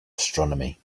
astronomy